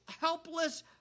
helpless